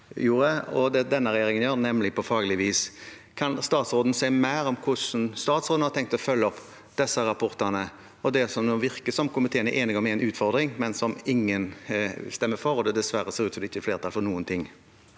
og det denne regjeringen gjør, nemlig på faglig vis. Kan statsråden si mer om hvordan hun har tenkt å følge opp disse rapportene og det som det nå virker som at komiteen er enig om er en utfordring, men som ingen stemmer for? Det ser dessverre ut som at det ikke blir flertall for noen ting.